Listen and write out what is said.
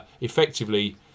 effectively